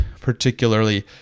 particularly